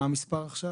מה המספר עכשיו?